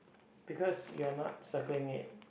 because you are not circling it